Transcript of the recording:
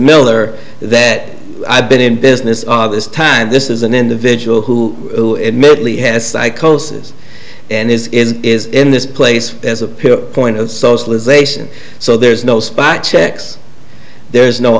miller that i've been in business august time this is an individual who admittedly has psychosis and this is in this place as a pivot point of socialization so there's no spot checks there's no